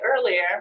earlier